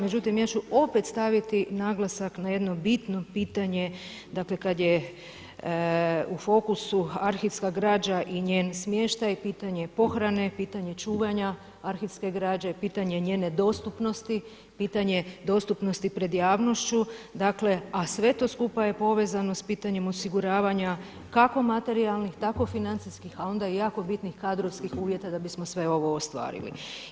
Međutim, ja ću opet staviti naglasak na jedno bitno pitanje, dakle kada je u fokusu arhivska građana i njen smještaj, pitanje pohrane, pitanje čuvanja arhivske građe, pitanje njene dostupnosti, pitanje dostupnošću pred javnošću, dakle a sve to skupa je povezano sa pitanjem osiguravanja kako materijalnih, tako financijskih a onda i jako bitnih kadrovskih uvjeta da bismo sve ovo ostvarili.